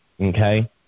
Okay